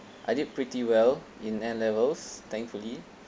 I did pretty well in n levels thankfully